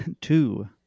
two